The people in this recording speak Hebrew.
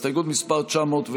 אבל עדיין תוך סיעור מוחות.